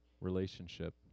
relationship